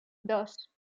dos